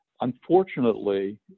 unfortunately